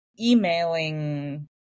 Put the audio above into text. emailing